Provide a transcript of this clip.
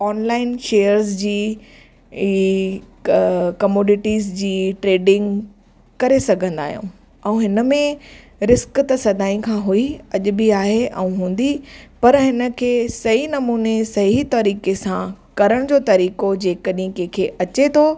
online shares जी commodities जी trading करे सघंदा आहियूं ऐं हिन में रिस्क त सदाईं खां हुई अॼ बि आहे ऐं हूंदी पर हिन खे सही नमूने सही तरीक़े सां करण जो तरीक़ो जेकॾहिं कंहिंखें अचे थो